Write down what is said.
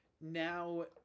now